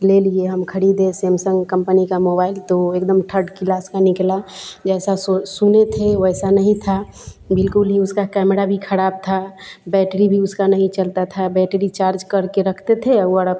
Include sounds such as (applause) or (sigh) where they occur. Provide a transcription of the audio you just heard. ले लिए हम ख़रीदे सेमसंग कम्पनी का मोबाइल तो एकदम थर्ड किलास का निकला जैसा सो सुने थे वैसा नहीं था बिल्कुल ही उसका कैमड़ा भी ख़राब था बैटरी भी उसकी नहीं चलती थी बैटरी चार्ज करके रखते थे (unintelligible)